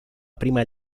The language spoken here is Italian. prima